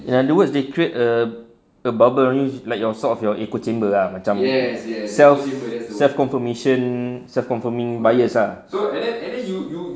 in other words they create a a barbary like you're sort of you're equal chamber ah macam self self confirmation self confirming buyers ah